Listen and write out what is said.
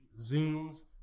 Zooms